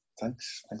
thanks